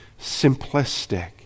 simplistic